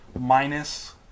Minus